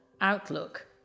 outlook